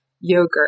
yogurt